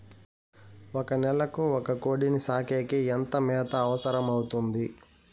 ఒక నెలకు ఒక కోడిని సాకేకి ఎంత మేత అవసరమవుతుంది?